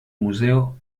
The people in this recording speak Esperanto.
muzeo